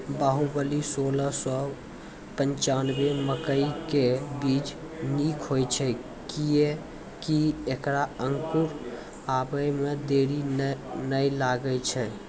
बाहुबली सोलह सौ पिच्छान्यबे मकई के बीज निक होई छै किये की ऐकरा अंकुर आबै मे देरी नैय लागै छै?